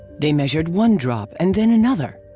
they measured one drop and then another.